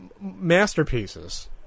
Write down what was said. masterpieces